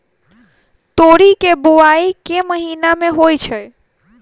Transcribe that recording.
तोरी केँ बोवाई केँ महीना मे होइ छैय?